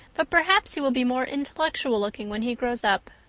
but perhaps he will be more intellectual looking when he grows up.